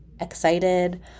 excited